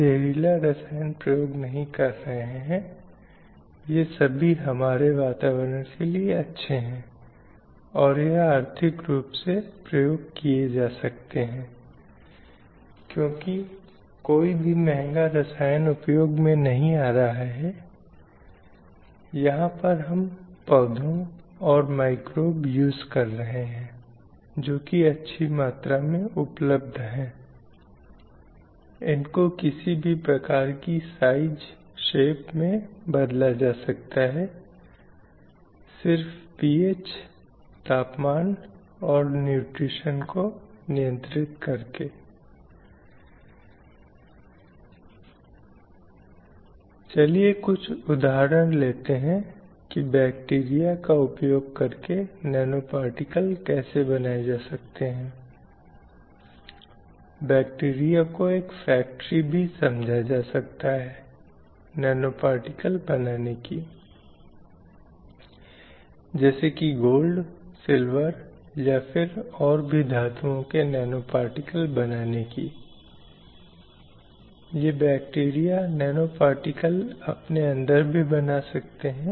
slide समय संदर्भ 0226 अब अगर हम इसे याद करने की कोशिश करते हैं तो हो सकता है कि एक विज्ञापन है जो अक्सर टेलीविज़न में आता है जो कहता है कि पुरुष पुरुष रहेंगे बहुत बार हम इसे हल्के ढंग से लेते हैं और हम इस तथ्य पर हँसते हैं कि पुरुष एक निश्चित तरीके से व्यवहार करता है जो इसलिए यह शीर्षक कैप्शन आकर्षित करता है कि पुरुष पुरुष रहेंगे और वे एक निश्चित तरीके से व्यवहार करेंगे अब ऐसा क्या है जो अपेक्षित है कि कुछ अपेक्षाएँ हैं जो समाज में पुरुषों के संबंध में हैं और यह बहुत अच्छी तरह से समझाया या समझा जाता है जब हम उस मामले में शायद फर्मों के विज्ञापनों पर गौर करते हैं क्योंकि वे हमें समाज का आईना दिखाते हैं